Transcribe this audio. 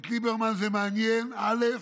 את ליברמן זה מעניין, א.